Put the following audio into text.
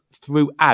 throughout